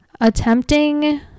attempting